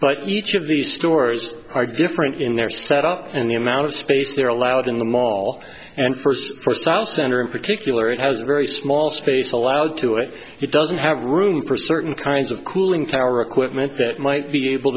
but each of the stores are different in their set up and the amount of space they are allowed in the mall and first style center in particular it has a very small space allowed to it it doesn't have room for certain kinds of cooling power equipment that might be able